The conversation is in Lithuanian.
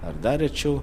ar dar rečiau